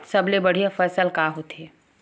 सबले बढ़िया फसल का होथे?